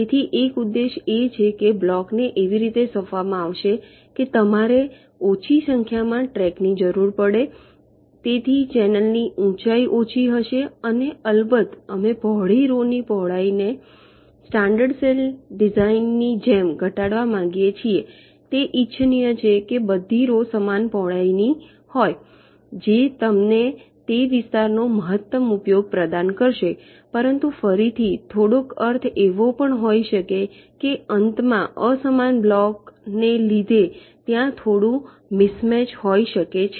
તેથી એક ઉદ્દેશ્ય એ છે કે બ્લોક ને એવી રીતે સોંપવામાં આવશે કે તમારે ઓછી સંખ્યામાં ટ્રેક ની જરૂર પડશે તેથી ચેનલ ની ઊંચાઇ ઓછી હશે અને અલબત્ત અમે પહોળી રૉની પહોળાઈને સ્ટાન્ડર્ડ સેલ ડિઝાઇનની જેમ ઘટાડવા માગીએ છીએ તે ઇચ્છનીય છે કે બધી રૉ સમાન પહોળાઈની હોય જે તમને તે વિસ્તારનો મહત્તમ ઉપયોગ પ્રદાન કરશે પરંતુ ફરીથી થોડોક અર્થ એવો પણ હોઈ શકે કે અંતમાં અસમાન બ્લોક ને લીધે ત્યાં થોડુ મિસમેચ હોય શકે છે